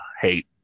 hate